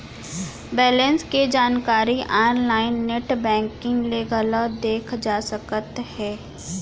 balance के जानकारी online net banking ले घलौ देखे जा सकत हे